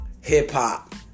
hip-hop